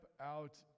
out